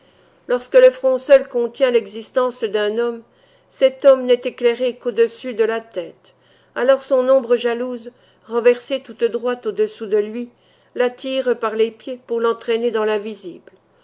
lorsque le front seul contient l'existence d'un homme cet homme n'est éclairé qu'au-dessus de la tête alors son ombre jalouse renversée toute droite au-dessous de lui l'attire par les pieds pour l'entraîner dans l'invisible